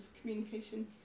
communication